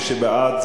מי שבעד,